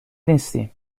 نیستیم